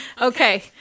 Okay